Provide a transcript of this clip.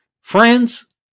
Friends